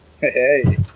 Hey